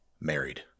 married